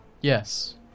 Yes